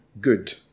good